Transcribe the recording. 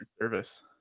service